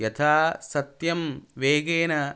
यथा सत्यं वेगेन